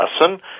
Lesson